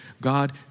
God